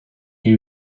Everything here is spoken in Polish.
jej